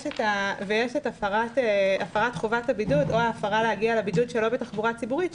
יש את הפרת חובת הבידוד או ההפרה להגיע לבידוד שלא בתחבורה ציבורית,